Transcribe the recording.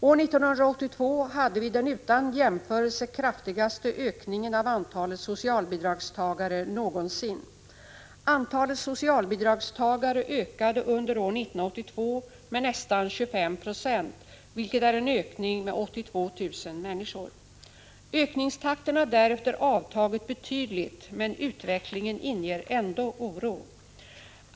År 1982 hade vi den utan jämförelse kraftigaste ökningen av antalet socialbidragstagare någonsin. Antalet socialbidragstagare ökade under år 1982 med nästan 25 96, vilket är en ökning med 82 000 människor. Ökningstakten har därefter avtagit betydligt, men utvecklingen inger ändå oro.